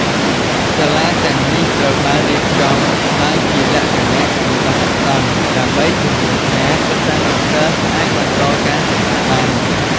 សាលាទាំងនេះត្រូវបានរៀបចំឡើងជាលក្ខណៈបណ្តោះអាសន្ន ដើម្បីធានាថាសិស្សានុសិស្សអាចបន្តការសិក្សាបាន។